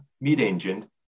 mid-engine